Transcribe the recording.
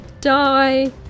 die